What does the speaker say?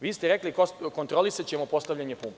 Vi ste rekli – kontrolisaćemo postavljanje pumpi.